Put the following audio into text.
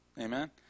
Amen